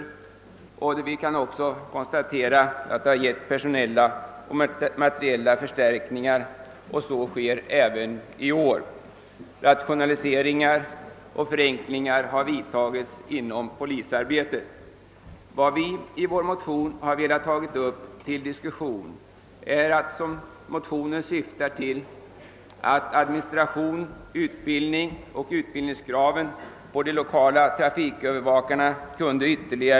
Detta har vidare medfört personella och materiella förstärkningar vilket också är fallet i år. Rationaliseringar och förenklingar har vidtagits inom polisarbetet. I motionerna har vi velat aktualisera en ytterligare förenkling av administration, utbildning och utbildningskrav för de lokala trafikövervakarna.